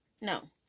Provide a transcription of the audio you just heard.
no